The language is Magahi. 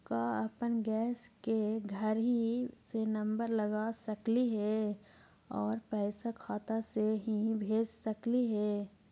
का अपन गैस के घरही से नम्बर लगा सकली हे और पैसा खाता से ही भेज सकली हे?